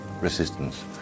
resistance